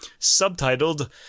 subtitled